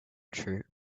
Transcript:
true